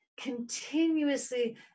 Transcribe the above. continuously